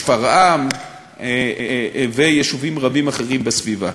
שפרעם ויישובים רבים אחרים בסביבה.